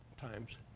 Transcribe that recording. times